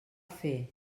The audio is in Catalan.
fer